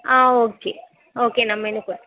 ஆ okay okay நான் menu கொடுத்